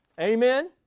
Amen